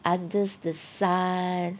under the sun